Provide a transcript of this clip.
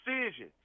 decision